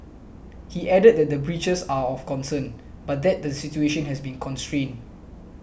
he added that the breaches are of concern but that the situation has been contained